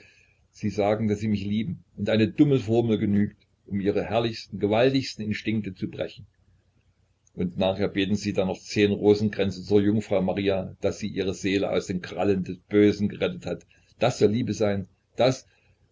sie sagen daß sie mich lieben und eine dumme formel genügt um ihre herrlichsten gewaltigsten instinkte zu brechen und nachher beten sie dann noch zehn rosenkränze zur jungfrau maria daß sie ihre seele aus den krallen des bösen gerettet hat das soll liebe sein das